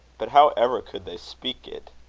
but how ever could they speak it?